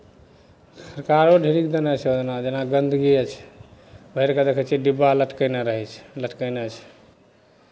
सरकारो ढेरी कऽ देने छै जेना गन्दगीए छै भरि कऽ देखै छियै डिब्बा लटकयने रहै छै लटकयने छै